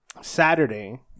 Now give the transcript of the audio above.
Saturday